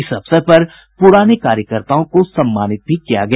इस अवसर पर पुराने कार्यकर्ताओं को सम्मानित भी किया गया